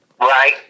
Right